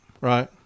right